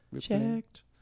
checked